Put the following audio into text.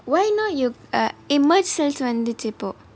why not you err eh merge cell வந்தச்சு இப்போ:vanthuchu ippo